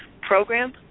program